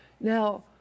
Now